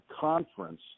conference